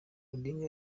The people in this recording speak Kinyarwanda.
odinga